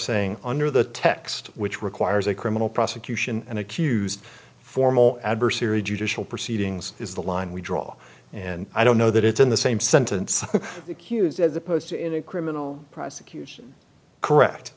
saying under the text which requires a criminal prosecution and accused formal adversary judicial proceedings is the line we draw and i don't know that it's in the same sentence the accused as opposed to in a criminal prosecution correct